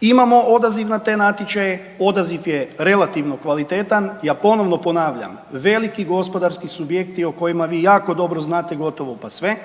imamo odaziv na te natječaje, odaziv je relativno kvalitetan. Ja ponovno ponavljam, veliki gospodarski subjekti o kojima vi jako dobro znate gotovo pa sve,